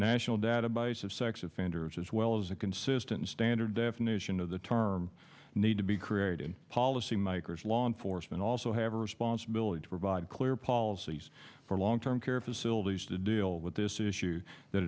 national database of sex offenders as well as a consistent standard definition of the term need to be created in policy makers law enforcement also have a responsibility to provide clear policies for long term care facilities to deal with this issue that